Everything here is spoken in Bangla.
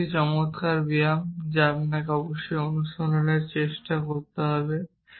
এটি একটি চমৎকার ব্যায়াম যা আপনাকে অবশ্যই অনুশীলনে চেষ্টা করতে হবে